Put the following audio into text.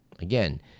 again